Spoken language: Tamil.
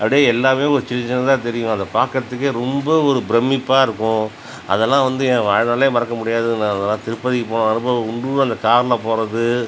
அப்படியே எல்லாமே ஒரு சின்ன சின்னதாக தெரியும் அதை பார்க்குறதுக்கே ரொம்ப ஒரு பிரம்மிப்பாக இருக்கும் அதெலாம் வந்து என் வாழ் நாளிலே மறக்கமுடியாது அதெலாம் திருப்பதி போன அனுபவம் உண்டு அந்த காரில் போவது